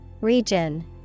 Region